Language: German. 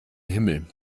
himmel